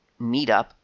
meetup